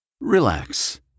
Relax